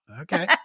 Okay